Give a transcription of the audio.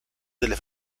delle